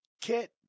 kit